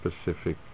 specific